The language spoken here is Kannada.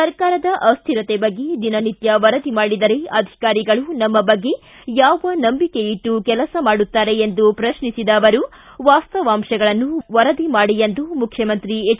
ಸರ್ಕಾರದ ಅಸ್ಟಿರತೆ ಬಗ್ಗೆ ದಿನ ನಿತ್ಯ ವರದಿ ಮಾಡಿದರೆ ಅಧಿಕಾರಿಗಳು ನಮ್ಮ ಬಗ್ಗೆ ಯಾವ ನಂಬಿಕೆ ಇಟ್ಟು ಕೆಲಸ ಮಾಡುತ್ತಾರೆ ಎಂದು ಪ್ರತ್ನಿಸಿದ ಅವರು ವಾಸ್ತವಾಂತಗಳನ್ನು ವರದಿ ಮಾಡಿ ಎಂದು ಮುಖ್ಯಮಂತ್ರಿ ಎಚ್